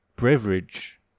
beverage